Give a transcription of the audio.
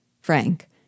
Frank